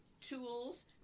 tools